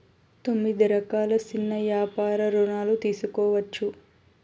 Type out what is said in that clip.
తొమ్మిది రకాల సిన్న యాపార రుణాలు తీసుకోవచ్చు